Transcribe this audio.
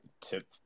tip